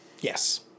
Yes